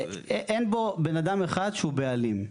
אין בו בן אדם אחד שהוא בעלים.